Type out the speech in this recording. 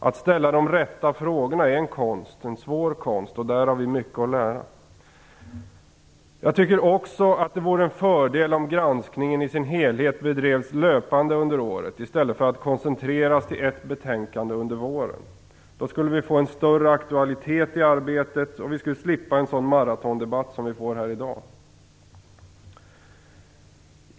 Att ställa de rätta frågorna är en konst, en svår konst, och där har vi mycket att lära. Jag tycker också att det vore en fördel om granskningen i sin helhet bedrevs löpande under året i stället för att koncentreras till ett betänkande under våren. Då skulle vi få en större aktualitet i arbetet, och vi skulle slippa en sådan maratondebatt som vi får här i dag.